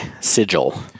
Sigil